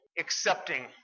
accepting